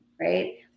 right